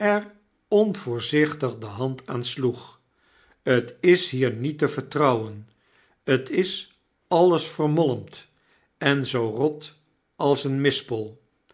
onvoorzichtig de hand aan sloeg t is hier niet te vertrouwen t is alles vermolmd en zoo rot als een